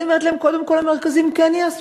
אני אומרת לכם: קודם כול, המרכזים כן יעשו.